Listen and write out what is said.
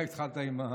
גם לדתיים,